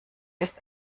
ist